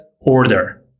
order